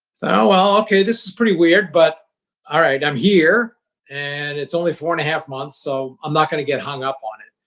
thought, oh, well. okay. this is pretty weird, but all right. i'm here and it's only four and a half months, so i'm not going to get hung up on it.